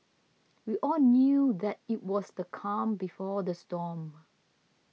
we all knew that it was the calm before the storm